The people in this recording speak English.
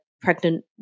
pregnant